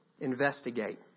investigate